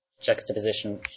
juxtaposition